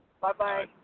Bye-bye